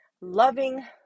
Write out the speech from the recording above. Loving